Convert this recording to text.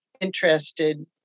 interested